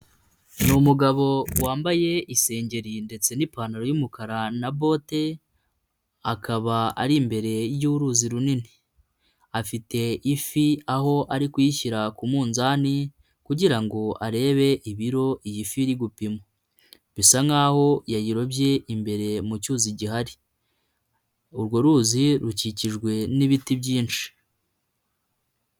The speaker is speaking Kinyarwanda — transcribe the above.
Ni umugabo wambaye isengeri ndetse n'ipantaro yumukara na bote, akaba ari imbere y'uruzi runini, afite ifi aho ari kuyishyira ku munzani kugira ngo arebe ibiro iyi firi iri gupima, bisa nk'aho yayirobye imbere mu cyuzi gihari, urwo ruzi rukikijwe n'ibiti byinshi.